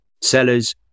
sellers